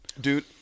dude